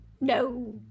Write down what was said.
no